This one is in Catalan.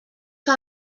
que